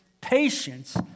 patience